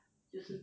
就是